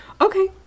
Okay